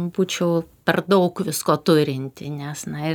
būčiau per daug visko turinti nes na